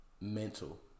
mental